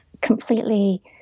completely